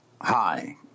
Hi